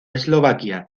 eslovaquia